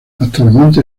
actualmente